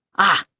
ah,